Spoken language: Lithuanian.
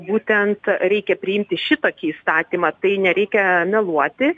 būtent reikia priimti šitokį įstatymą tai nereikia meluoti